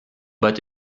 but